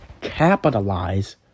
capitalize